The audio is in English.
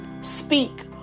speak